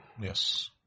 yes